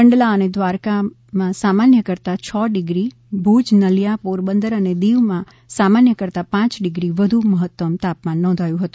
કંડલા અને દ્વારકામાં સામાન્ય કરતાં છ ડિગ્રી ભૂજ નલીયા પોરબંદર અને દીવમાં સામાન્ય કરતાં પાંચ ડિગ્રી વધુ મહત્તમ તાપમાન નોંધાયું છે